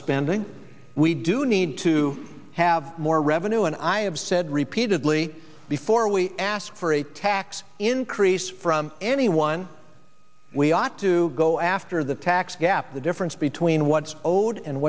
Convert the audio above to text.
spending we do need to have more revenue and i have said repeatedly before we ask for a tax increase from anyone we ought to go after the tax gap the difference between what's owed and